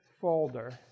folder